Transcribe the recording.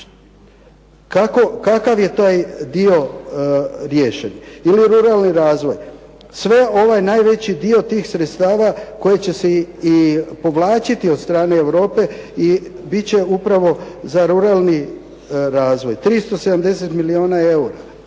Kakav je taj dio riješen ili ruralni razvoj. Sve ovaj najveći dio tih sredstava koji će se i povlačiti od strane Europe i bit će upravo za ruralni razvoj 370 milijuna eura.